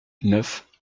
neuf